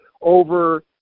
over